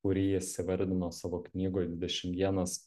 kurį jis įvardino savo knygoj dvidešim vienas